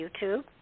YouTube